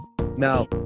Now